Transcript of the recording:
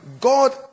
God